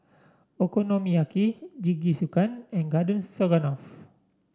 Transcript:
Okonomiyaki Jingisukan and Garden Stroganoff